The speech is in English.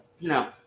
No